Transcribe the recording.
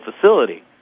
facility